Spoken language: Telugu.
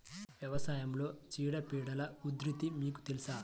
వ్యవసాయంలో చీడపీడల ఉధృతి మీకు తెలుసా?